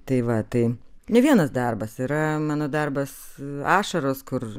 tai va tai ne vienas darbas yra mano darbas ašaros kur